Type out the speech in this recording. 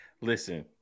Listen